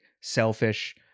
selfish